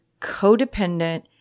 codependent